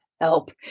help